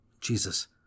Jesus